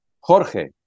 Jorge